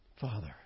Father